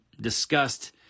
discussed